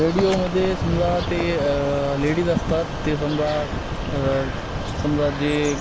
रेडिओमध्ये समजा ते लेडीज असतात ते समजा समजा जे